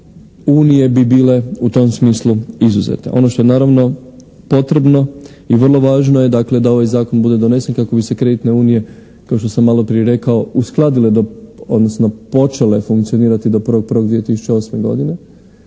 unije bi bile u tom smislu izuzete. Ono što je naravno potrebno i vrlo važno je da ovaj zakon bude donesen kako bi se kreditne unije kao što sam maloprije rekao uskladile odnosno počele funkcionirati do 1.1.2008. godine